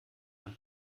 ein